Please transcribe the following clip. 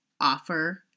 offer